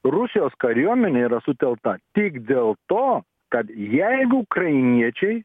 rusijos kariuomenė yra sutelkta tik dėl to kad jeigu ukrainiečiai